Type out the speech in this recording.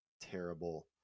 terrible